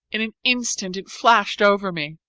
in an instant it flashed over me.